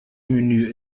menü